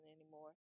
anymore